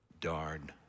darn